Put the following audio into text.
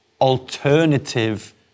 alternative